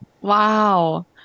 Wow